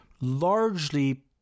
largely